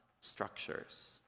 structures